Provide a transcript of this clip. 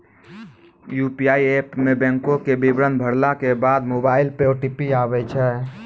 UPI app मे बैंको के विबरण भरला के बाद मोबाइल पे ओ.टी.पी आबै छै